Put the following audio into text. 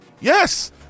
Yes